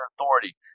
authority